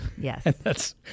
Yes